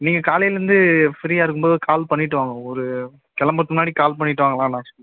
நீங்கள் காலைலந்து ஃப்ரீயாக இருக்கும்போது ஒரு கால் பண்ணிட்டு வாங்க ஒரு கிளம்பரத்துக்கு முன்னாடி கால் பண்ணிட்டு வாங்களான் நான்